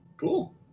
Cool